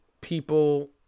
people